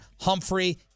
Humphrey